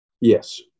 Yes